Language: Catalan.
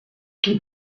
qui